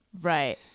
Right